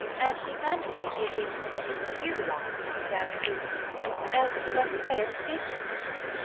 and she fancied he had been consulting with you last night as to as to the best way of escaping from her.